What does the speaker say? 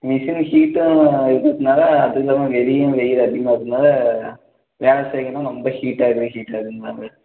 machine ஹீட்டும் இருக்கிறதனால அதிகமாக வெளியும் வெயில் அதிகமாக இருக்கிறதனால வேலை செய்கிறவங்களும் ரொம்ப ஹீட்டாகுது ஹீட் ஆகுதுங்கிறாங்க